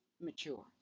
mature